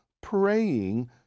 praying